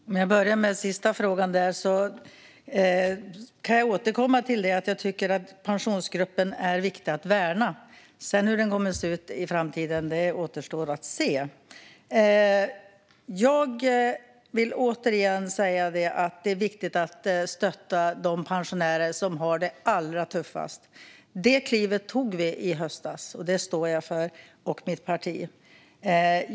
Herr talman! För att börja med den sista frågan vill jag återkomma till att jag tycker att Pensionsgruppen är viktig att värna. Hur den sedan kommer att se ut i framtiden återstår att se. Det är viktigt att stötta de pensionärer som har det allra tuffast. Det klivet tog vi i höstas, och det står jag och mitt parti för.